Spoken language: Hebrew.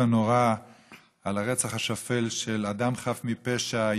הנורא על הרצח השפל של אדם חף מפשע,